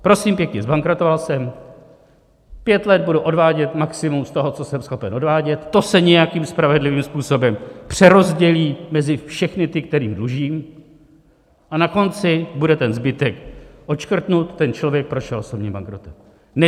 Prosím pěkně, zbankrotoval jsem, pět let budu odvádět maximum z toho, co jsem schopen odvádět, to se nějakým spravedlivým způsobem přerozdělí mezi všechny ty, kterým dlužím, a na konci bude ten zbytek odškrtnut, ten člověk prošel osobním bankrotem.